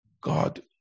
God